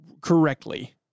correctly